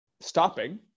stopping